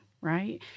right